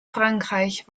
frankreich